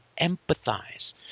empathize